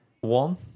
one